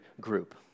group